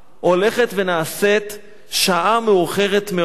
הולכת ונעשית שעה מאוחרת מאוד,